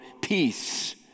peace